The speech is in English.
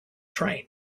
train